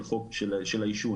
למשל,